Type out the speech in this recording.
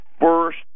first